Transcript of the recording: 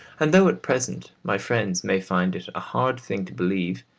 and, though at present my friends may find it a hard thing to believe,